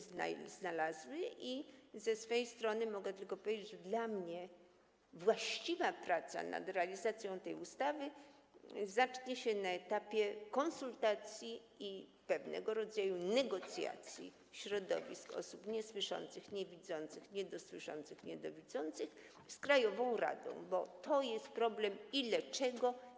Ze swej strony mogę tylko powiedzieć, że dla mnie właściwa praca nad realizacją tej ustawy zacznie się na etapie konsultacji, pewnego rodzaju negocjacji środowisk osób niesłyszących, niewidzących, niedosłyszących, niedowidzących z krajową radą, bo to jest problem, ile czego.